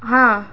ہاں